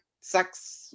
sex